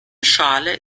schale